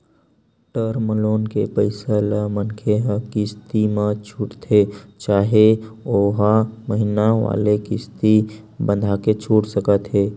term loan के पइसा ल मनखे ह किस्ती म छूटथे चाहे ओहा महिना वाले किस्ती बंधाके छूट सकत हे